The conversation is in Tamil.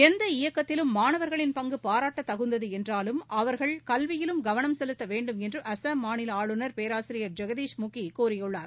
எந்த இயக்கத்திலும் மாணவர்களின் பங்கு பாராட்டத்தகுந்தது என்றாலும் அவர்கள் கல்வியிலும் கவனம் செலுத்த வேண்டும் என்று அஸ்ஸாம் மாநில ஆளுநர் பேராசிரியர் ஜெகதீஷ் முகி கூறியுள்ளார்